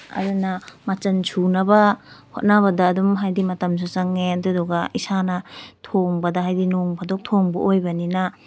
ꯑꯗꯨꯅ ꯃꯆꯟ ꯁꯨꯅꯕ ꯍꯣꯠꯅꯕꯗ ꯑꯗꯨꯝ ꯍꯥꯏꯗꯤ ꯃꯇꯝꯁꯨ ꯆꯪꯉꯦ ꯑꯗꯨꯗꯨꯒ ꯏꯁꯥꯅ ꯊꯣꯡꯕꯗ ꯍꯥꯏꯗꯤ ꯅꯣꯡ ꯐꯥꯗꯣꯛ ꯊꯣꯡꯕ ꯑꯣꯏꯕꯅꯤꯅ